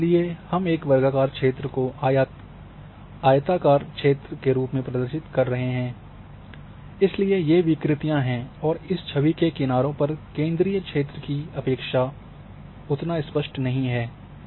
तथा इसलिए हम एक वर्गाकार क्षेत्र को आयताकार क्षेत्र के रूप में प्रदर्शित कर रहे हैं तो इसलिए ये विकृतियाँ हैं और इस छवि के किनारों पर केंद्रीय क्षेत्र की अपेक्षा में उतना स्पष्ट नहीं है